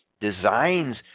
designs